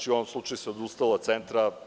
U ovom slučaju se odustalo od centra.